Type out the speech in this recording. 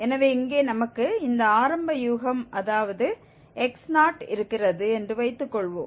எனவே இங்கே நமக்கு இந்த ஆரம்ப யூகம் அதாவது x0 இருக்கிறது என்று வைத்துக்கொள்வோம்